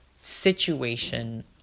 situation